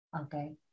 Okay